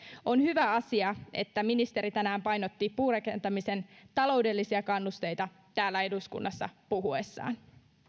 on hyvä asia että ministeri tänään painotti puurakentamisen taloudellisia kannusteita täällä eduskunnassa puhuessaan